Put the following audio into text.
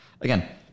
Again